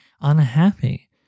unhappy